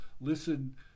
listen